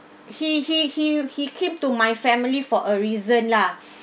he he he'll he keep to my family for a reason lah